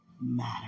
matter